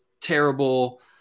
terrible